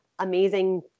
amazing